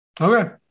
Okay